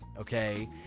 okay